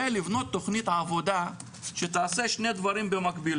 ולבנות תכנית עבודה שתעשה שני דברים במקביל,